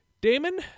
Damon